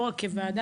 ולא רק כוועדה.